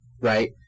right